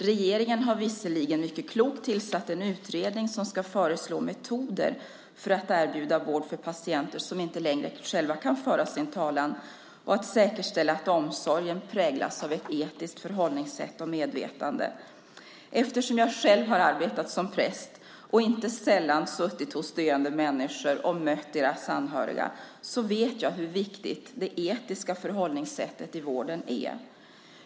Regeringen har visserligen mycket klokt tillsatt en utredning som ska föreslå metoder för att erbjuda vård för patienter som inte längre själva kan föra sin talan och för att säkerställa att omsorgen präglas av ett etiskt förhållningssätt och medvetande. Eftersom jag själv har arbetat som präst och inte sällan suttit hos döende människor och mött deras anhöriga vet jag hur viktigt det etiska förhållningssättet i vården är.